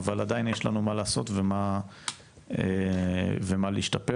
אבל עדיין יש לנו מה לעשות ואיפה להשתפר